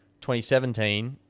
2017